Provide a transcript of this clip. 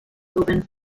opened